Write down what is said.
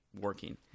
working